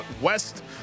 west